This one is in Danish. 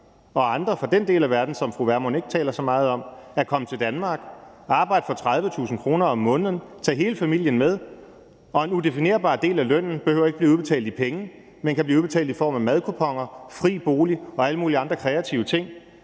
og andre fra den del af verden, som fru Pernille Vermund ikke taler så meget om, at komme til Danmark – arbejde for 30.000 kr. om måneden, tage hele familien med, og en udefinerbar del af lønnen behøver ikke at blive udbetalt i penge, men kan blive udbetalt i form af madkuponer, fri bolig og alle mulige andre kreative ting.